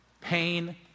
Pain